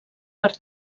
per